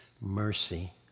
mercy